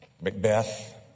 Macbeth